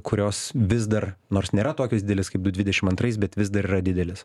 kurios vis dar nors nėra tokios didelės kaip du dvidešim antrais bet vis dar yra didelės